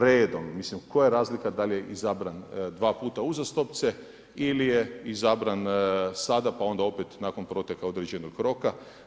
Redom, mislim koja je razlika da li je izabran dva puta uzastopce ili je izabran sada pa onda opet nakon proteka određenog roka.